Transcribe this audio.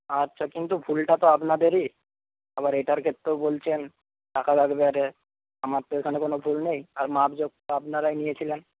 আচ্ছা কিন্তু ভুলটা তো আপনাদেরই আবার এটার ক্ষেত্রেও বলছেন টাকা লাগবে আর আমার তো এখানে কোন ভুল নেই আর মাপজোক তো আপনারাই নিয়েছিলেন